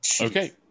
Okay